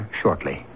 shortly